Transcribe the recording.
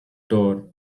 tour